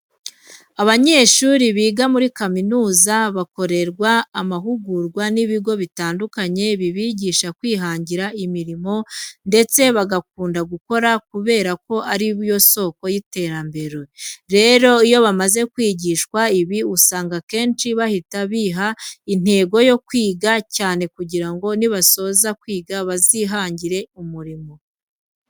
Abanyeshuri biga muri kaminuza, bakorerwa amahugurwa n'ibigo bitandukanye bibigisha kwihangira imirimo ndetse bagakunda gukora kubera ko ari yo soko y'iterambere. Rero iyo bamaze kwigishwa ibi, usanga akenshi bahita biha intego yo kwiga cyane kugira ngo nibasoza kwiga bazihangire imirimo.